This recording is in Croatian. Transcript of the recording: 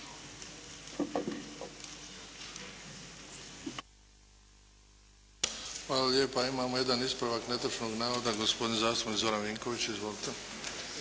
Hvala lijepa. Imamo jedan ispravak netočnog navoda, gospodin zastupnik Zoran Vinković. Izvolite.